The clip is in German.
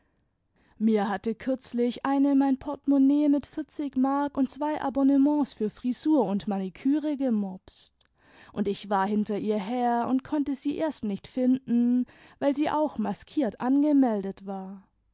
mir hatte kürzlich eine mein portemonnaie mit vierzig mark und zwei abonnements für frisur und maniküre gemopst und ich war hinter ihr her und konnte sie erst nicht finden weil sie auch maskiert angemeldet war